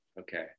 okay